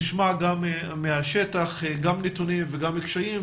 נשמע מהשטח גם נתונים וגם קשיים,